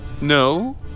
No